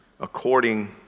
according